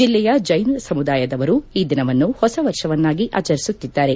ಜಿಲ್ಲೆಯ ಜೈನ ಸಮುದಾಯದವರು ಈ ದಿನವನ್ನು ಹೊಸ ವರ್ಷವನ್ನಾಗಿ ಆಚರಿಸುತ್ತಿದ್ದಾರೆ